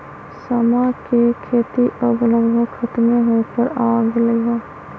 समा के खेती अब लगभग खतमे होय पर आ गेलइ ह